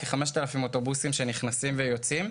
כ-5,000 אוטובוסים שנכנסים ויוצאים.